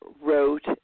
wrote